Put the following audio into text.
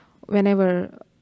whenever